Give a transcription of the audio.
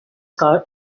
car